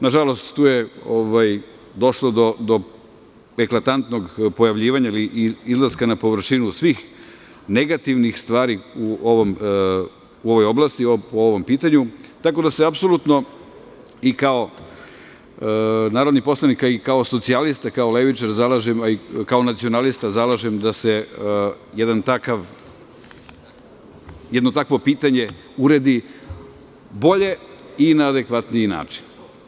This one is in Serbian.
Nažalost, tu je došlo do eklatantnog pojavljivanja ili izlaska na površinu svih negativnih stvari u ovoj oblasti po ovom pitanju, tako da se apsolutno i kao narodni poslanik i kao socijalista, kao levičar, ali i kao nacionalista zalažem da se jedno takvo pitanje uredi bolje i na adekvatniji način.